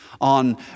on